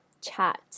chat